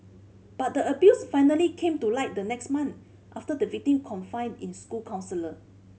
but the abuse finally came to light the next month after the victim confided in school counsellor